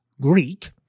Greek